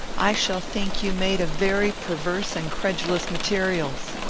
i shall think you made of very perverse and credulous materials.